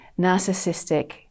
narcissistic